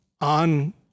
on